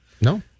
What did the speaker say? no